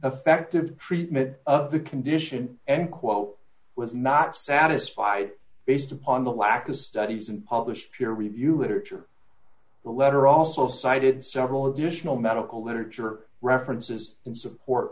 effective treatment of the condition and quote was not satisfied based upon the lack of studies and published peer review literature the letter also cited several additional medical literature references in support